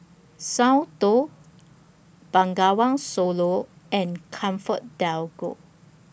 Soundteoh Bengawan Solo and ComfortDelGro